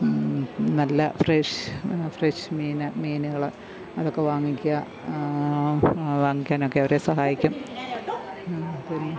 നല്ല fresh fresh മീന് മീനുകള് അതൊക്കെ വാങ്ങിക്കാന് അത് വാങ്ങിക്കാനൊക്കെ അവരെ സഹായിക്കും പിന്നെ